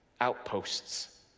outposts